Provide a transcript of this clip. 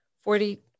forty